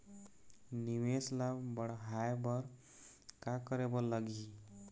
निवेश ला बड़हाए बर का करे बर लगही?